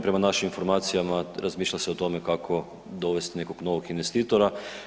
Prema našim informacijama razmišlja se o tome kako dovest nekog novog investitora.